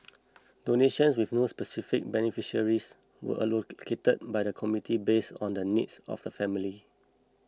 donations with no specific beneficiaries were allocated by the committee based on the needs of the families